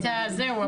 זהו,